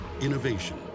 Innovation